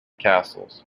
castles